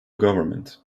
government